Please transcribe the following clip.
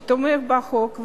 שתומך בחוק,